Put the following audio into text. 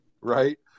right